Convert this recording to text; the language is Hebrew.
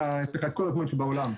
יש לך את כל הזמן שבעולם.